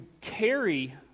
carry